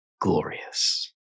glorious